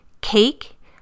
cake